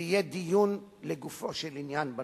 ויהיה דיון לגופו של עניין בנושא.